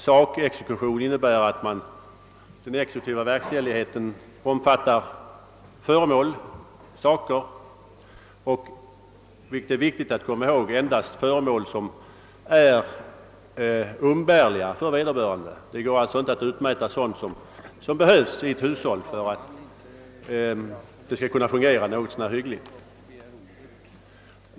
Sakexekution innebär att den exekutiva verkställigheten omfattar saker, och det är viktigt att komma ihåg att endast ting som är umbärliga för vederbörande gäldenär kan bli föremål för en sådan åtgärd. Det går alltså inte att utmäta sådana saker som är nödvändiga i ett hushåll eller ett hem.